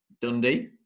Dundee